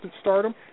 stardom